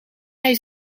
hij